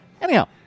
Anyhow